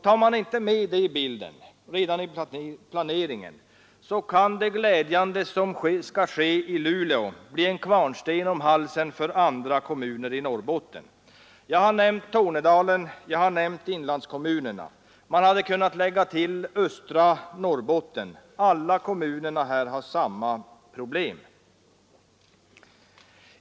Tar man inte med detta i bilden redan vid planeringen, kan det glädjande som skall ske i Luleå bli en kvarnsten om halsen för andra kommuner i Norrbotten. Jag har nämnt Tornedalen, jag har nämnt inlandskommunerna. Man hade kunnat lägga till östra Norrbotten; alla kommunerna har samma problem.